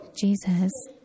Jesus